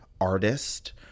artist